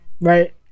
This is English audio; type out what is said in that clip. right